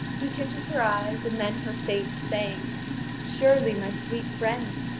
he kisses her eyes, and then her face, saying surely, my sweet friend,